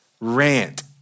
Rant